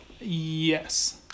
Yes